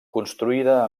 construïda